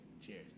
Cheers